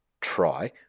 try